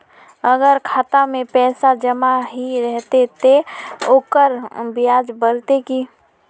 अगर खाता में पैसा जमा ही रहते ते ओकर ब्याज बढ़ते की?